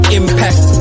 impact